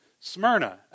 Smyrna